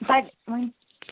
کَتہِ وۅنۍ